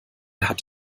hat